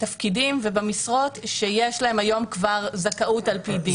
בתפקידים ובמשרות שיש להם היום כבר זכאות על-פי דין.